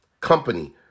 company